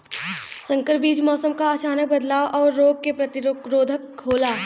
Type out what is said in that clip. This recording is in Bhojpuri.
संकर बीज मौसम क अचानक बदलाव और रोग के प्रतिरोधक होला